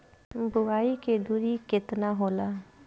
बुआई के दूरी केतना होला?